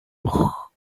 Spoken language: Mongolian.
өгөх